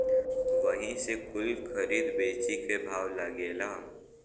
वही से कुल खरीद बेची के भाव लागेला